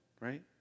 right